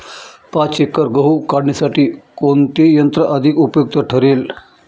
पाच एकर गहू काढणीसाठी कोणते यंत्र अधिक उपयुक्त ठरेल?